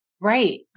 Right